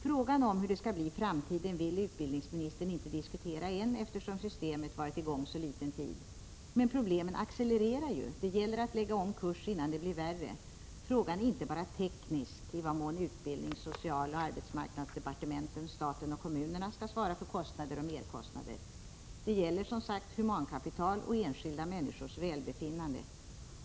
Frågan om hur det skall bli i framtiden vill utbildningsministern inte uttala sig om än, eftersom systemet varit i gång så kort tid. Men problemen accelererar ju — det gäller att lägga om kurs innan problemen blir värre. Frågan är inte bara teknisk — i vad mån utbildnings-, socialoch arbetsmarknadsdepartementen samt staten i övrigt och kommunerna skall svara för kostnader och merkostnader. Det gäller som sagt humankapital och enskilda människors välbefinnande.